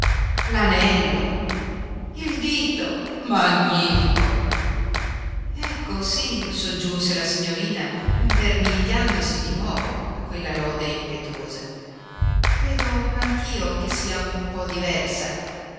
l'anello il dito magnifico ecco sì soggiunse la signorina invermigliandosi di nuovo a quella lode impetuosa credo anch'io che sia un po diversa